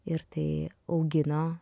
ir tai augino